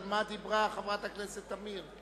על מה דיברה חברת הכנסת תמיר.